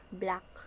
black